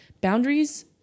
Boundaries